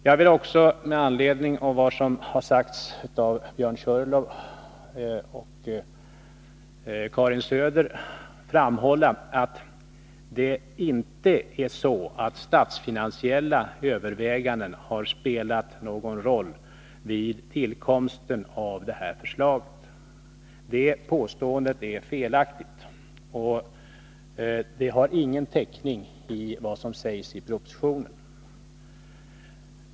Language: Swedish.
Jag vill också, med anledning av vad som har sagts av Björn Körlof och Karin Söder, framhålla att det inte är så att statsfinansiella överväganden har spelat någon roll vid tillkomsten av detta förslag. Det påståendet är felaktigt, och det har ingen täckning i vad som sägs i propositionen.